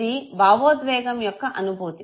అది భావోద్వేగం యొక్క అనుభూతి